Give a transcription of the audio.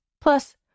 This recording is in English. Plus